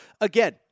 again